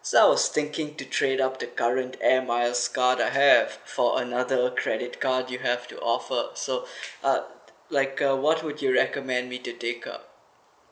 so I was thinking to trade up the current air miles card that I have for another credit card you have to offer so uh like uh what would you recommend me to take out